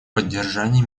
поддержании